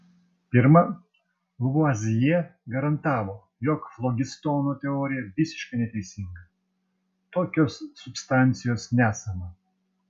pirma lavuazjė garantavo jog flogistono teorija visiškai neteisinga tokios substancijos nesama